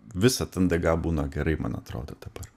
visad ndg būna gerai man atrodo dabar